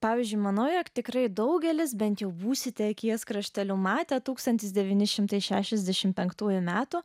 pavyzdžiui mano jog tikrai daugelis bent jau būsite akies krašteliu matė tūkstantis devyni šimtai šešiasdešimt penktųjų metų